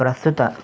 ప్రస్తుత